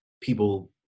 people